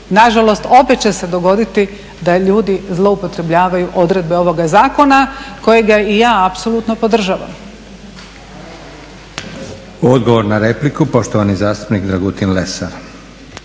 nažalost opet će se dogoditi da ljudi zloupotrjebljavaju odredbe ovoga zakona kojega i ja apsolutno podržavam. **Leko, Josip (SDP)** Odgovor na repliku poštovani zastupnik Dragutin Lesar.